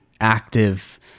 active